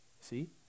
See